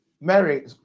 mary